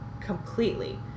completely